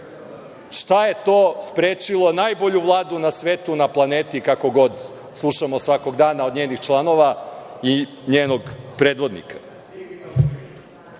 je to sprečilo najbolju Vladu na svetu, na planeti, kako god, kako slušamo svakog dana od njenih članova i njenog predvodnika?